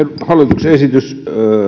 hallituksen esitys